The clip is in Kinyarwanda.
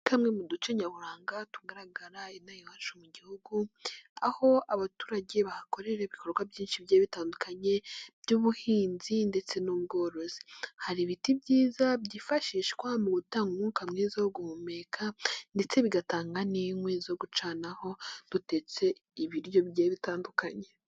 Kamwe mu duce nyaburanga tugaragara ino aha iwacu mu gihugu aho abaturage bahakorera ibikorwa byinshi byari bitandukanye by'ubuhinzi ndetse n'ubworozi, hari ibiti byiza byifashishwa mu gutanga umwuka mwiza wo guhumeka ndetse bigatanga n'inkwi zo gucanaho dutetse ibiryo bigiye bitandukanye.